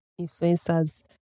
influencers